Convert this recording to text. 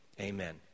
Amen